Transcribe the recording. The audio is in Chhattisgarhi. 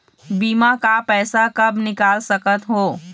बीमा का पैसा कब निकाल सकत हो?